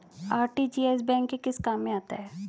RTGS bank के किस काम में आता है?